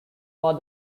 was